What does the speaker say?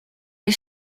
les